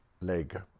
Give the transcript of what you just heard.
leg